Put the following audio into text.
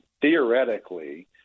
theoretically